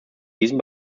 diesem